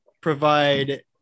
provide